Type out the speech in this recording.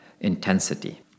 intensity